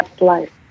life